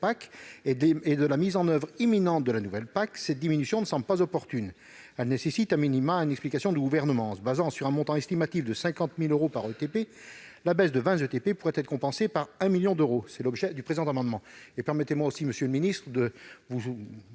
PAC et de la mise en oeuvre imminente de la nouvelle PAC, cette diminution ne semble pas opportune et nécessite une explication du Gouvernement. En se fondant sur un montant estimatif de 50 000 euros par ETP, la baisse de 20 ETP pourrait être compensée par 1 million d'euros. Tel est l'objet du présent amendement. Par ailleurs, monsieur le ministre,